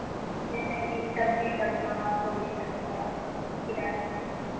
जइसे कि सब्जी सबमे कोबी सबके खीरा सबके